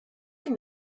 can